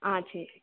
ஆ சரி